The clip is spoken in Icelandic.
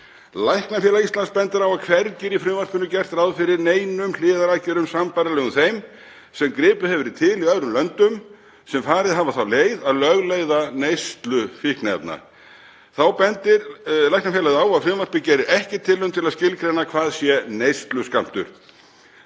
Læknafélag Íslands bendir á að hvergi í frumvarpinu sé gert ráð fyrir neinum hliðaraðgerðum sambærilegum þeim sem gripið hefur verið til í öðrum löndum sem hafa farið þá leið að lögleiða neyslu fíkniefna. Þá bendir Læknafélagið á að frumvarpið geri ekki tilraun til að skilgreina hvað sé neysluskammtur.